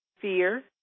fear